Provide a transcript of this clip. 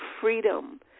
freedom